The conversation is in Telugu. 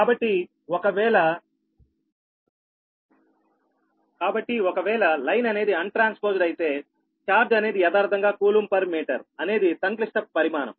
కాబట్టి ఒకవేళ లైన్ అనేది అన్ ట్రాన్స్పోజ్డ్ అయితే ఛార్జ్ అనేది యదార్ధంగా కులూంబ్ పర్ మీటర్ అనేది సంక్లిష్ట పరిమాణం